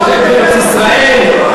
בוגד בארץ-ישראל,